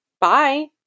Bye